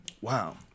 wow